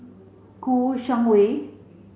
Kouo Shang Wei